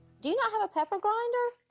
do you not have a pepper grinder?